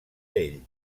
ell